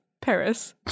Paris